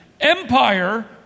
Empire